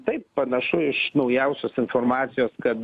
taip panašu iš naujausios informacijos kad